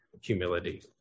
humility